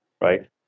right